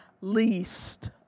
least